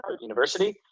University